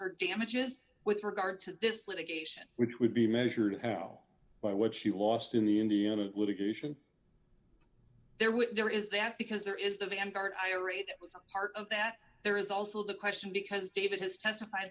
her damages with regard to this litigation which would be measured how by what she lost in the indiana litigation there with there is that because there is the vanguard i read part of that there is also the question because david has testif